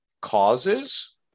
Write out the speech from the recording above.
causes